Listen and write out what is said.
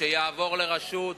כשיעבור לרשות,